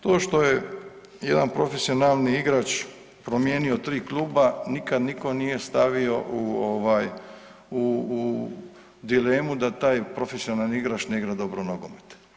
To što je jedan profesionalni igrač promijenio 3 kluba, nikad nitko nije stavio u dilemu da taj profesionalni igrač ne igra dobro nogomet.